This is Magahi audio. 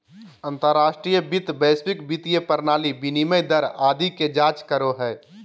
अंतर्राष्ट्रीय वित्त वैश्विक वित्तीय प्रणाली, विनिमय दर आदि के जांच करो हय